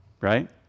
Right